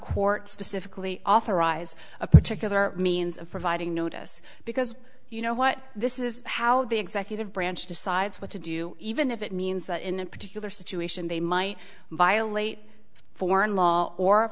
courts difficultly authorized a particular means of providing notice because you know what this is how the executive branch decides what to do even if it means that in a particular situation they might violate foreign law or